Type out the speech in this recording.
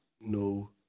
no